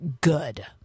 good